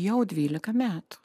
jau dvylika metų